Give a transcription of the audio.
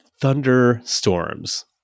thunderstorms